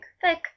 thick